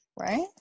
right